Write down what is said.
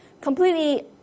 completely